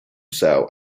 cell